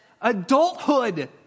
Adulthood